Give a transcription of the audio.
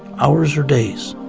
hours or days.